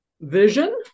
vision